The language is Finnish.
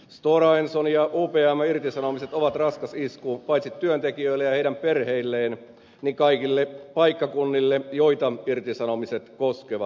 stora enson ja upmn irtisanomiset ovat raskas isku paitsi työntekijöille ja heidän perheilleen niin kaikille paikkakunnille joita irtisanomiset koskevat